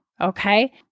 okay